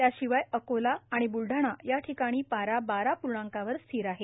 त्याशिवाय अकोला बुलढाणा याठिकाणी पारा बारा पूर्णांकावर स्थिर आहे